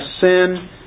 sin